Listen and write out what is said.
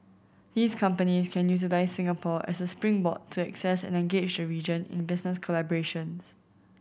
these companies can utilise Singapore as a springboard to access and engage the region in business collaborations